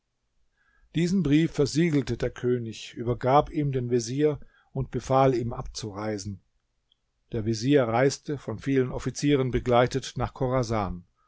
diesen brief versiegelte der könig übergab ihm den vezier und befahl ihm abzureisen der vezier reiste von vielen offizieren begleitet nach